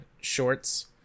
shorts